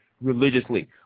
religiously